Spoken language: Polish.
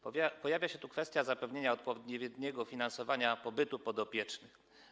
Pojawia się tu kwestia zapewnienia odpowiedniego finansowania pobytu podopiecznych.